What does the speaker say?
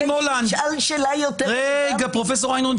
פרופ' איינהורן,